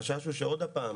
החשש הוא שעוד פעם